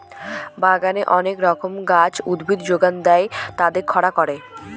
বাগানে অনেক রকমের গাছ, উদ্ভিদ যোগান দেয় আর তাদের রক্ষা করে